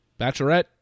Bachelorette